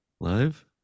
Live